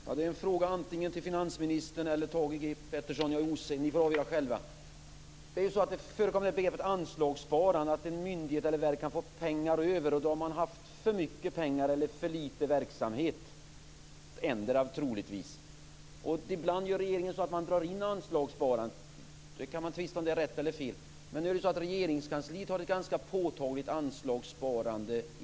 Herr talman! Jag har en fråga antingen till finansministern eller till Thage G Peterson - det får ni avgöra själva. Det förekommer ett begrepp som heter anslagssparande, och en myndighet eller ett verk kan få pengar över. Man har då troligtvis haft endera för mycket pengar eller för litet verksamhet. Ibland gör regeringen så att man drar in anslagssparandet. Man kan tvista om ifall det är rätt eller fel. Regeringskansliet har självt ett ganska påtagligt anslagssparande.